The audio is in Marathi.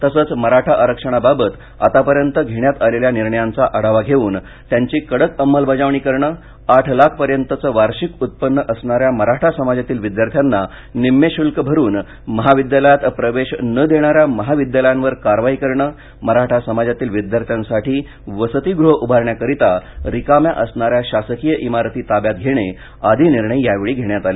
तसच मराठा आरक्षणाबावत आतापर्यंत घेण्यात आलेल्या निर्णयांचा आढावा घेऊन त्यांची कडक अंमलबजावणी करणे आठ लाखापर्यंतचे वार्षिक उत्पन्न असणाऱ्या मराठा समाजातील विद्यार्थ्यांना निम्मे शुल्क भरून महाविद्यालयात प्रवेश न देणाऱ्या महाविद्यालयावर कारवाई करणे मराठा समाजातील विद्यार्थ्यांसाठी वसतिगृह उभारण्यासाठी रिकाम्या असणाऱ्या शासकीय इमारती ताब्यात घेणे आदी निर्णय यावेळी घेण्यात आले